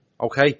Okay